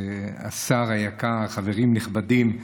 השר היקר, חברים נכבדים,